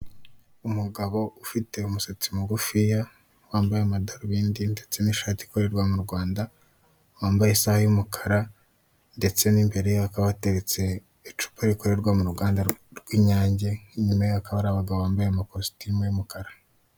Umugabo ufite umusatsi mugufiya wambaye amadarubindi ndetse n'ishati ikorerwa mu Rwanda wambaye isaha y'umukara, ndetse n'imbere ye hakaba hateretse icupa rikorerwa mu ruganda rw'inyange, inyuma ye hakaba hari abagabo bambaye amakositime y'umukara.